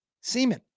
semen